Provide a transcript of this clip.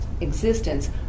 existence